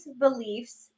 beliefs